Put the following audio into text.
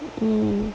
mmhmm